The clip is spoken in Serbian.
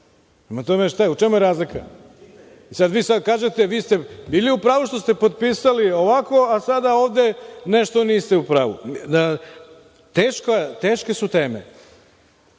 Prema tome, šta, u čemu je razlika? Vi sada kažete da ste vi bili u pravu što ste potpisali ovako, a sada ovde nešto niste u pravu. Teške su teme